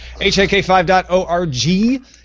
HAK5.org